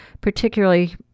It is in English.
particularly